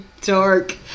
dark